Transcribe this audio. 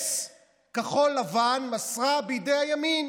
נכס כחול לבן מסרה בידי הימין.